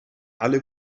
alle